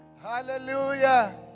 Hallelujah